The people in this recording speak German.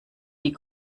die